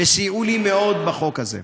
וסייעו לי מאוד בחוק הזה.